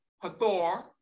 hathor